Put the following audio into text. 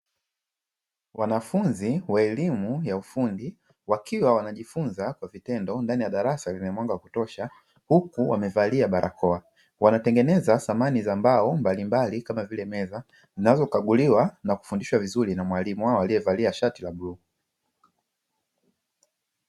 Wanafunzi wa elimu ya ufundi wakiwa wanajifunza kwa vitendo ndani ya darasa lenye mwanga wa kutosha huku wamevalia barakoa, wanatengeneza samani za mbao mbalimbali kama vile meza, zinazokaguliwa na kufundishwa vizuri na mwalimu wao aliyevalia shati la bluu.